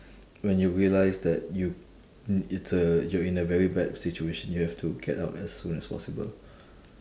when you realise that you it's a you're in a very bad situation you have to get out as soon as possible